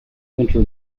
winter